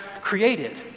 created